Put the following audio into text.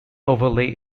overlay